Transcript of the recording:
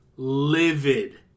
livid